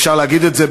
אפשר להגיד את זה,